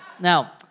Now